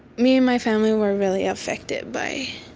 me and my family were really affected by